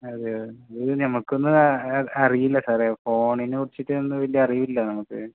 അതെയോ ഇത് നമ്മൾക്ക് ഒന്ന് അറിയില്ല സാറേ ഫോണിനെ കുറിച്ചിട്ടൊന്നും വലിയ അറിവില്ല നമ്മൾക്ക്